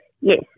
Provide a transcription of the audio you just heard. Yes